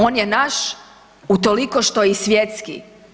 On je naš utoliko što i svjetski.